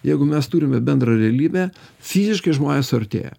jeigu mes turime bendrą realybę fiziškai žmonės suartėja